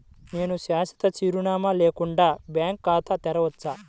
నేను శాశ్వత చిరునామా లేకుండా బ్యాంక్ ఖాతా తెరవచ్చా?